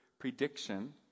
prediction